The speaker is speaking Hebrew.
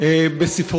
איימן